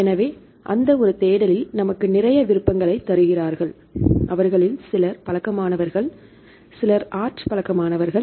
எனவே அந்த ஒரு தேடலில் நமக்கு நிறைய விருப்பங்களைத் தருகிறார்கள் அவர்களில் சிலர் பழக்கமானவர்கள் அவர்களில் சிலர் ஆர்ட் பழக்கமானவர்கள்